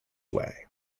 way